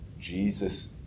Jesus